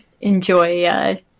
enjoy